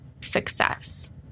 success